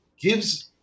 gives